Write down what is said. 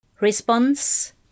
Response